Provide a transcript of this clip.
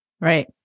Right